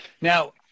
Now